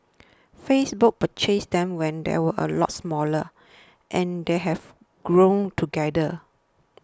Facebook purchased them when they were a lot smaller and they have grown together